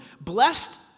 Blessed